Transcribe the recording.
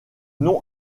nom